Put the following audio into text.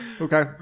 okay